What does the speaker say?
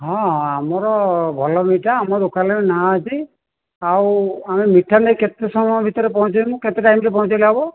ହଁ ହଁ ଆମର ଭଲ ମିଠା ଆମ ଦୋକାନରେ ନାଁ ଅଛି ଆଉ ଆମେ ମିଠା ନେଇକି କେତେ ସମୟ ଭିତରେ ପହଁଞ୍ଚେଇବୁ କେତେ ଟାଇମ୍ ରେ ପହଁଞ୍ଚେଇଲେ ହେବ